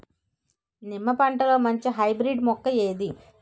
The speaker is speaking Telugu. నిమ్మ పంటలో మంచి హైబ్రిడ్ మొక్క ఏది?